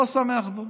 לא שמח בו.